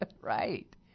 Right